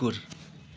कुकुर